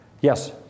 Yes